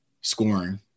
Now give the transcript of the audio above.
scoring